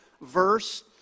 verse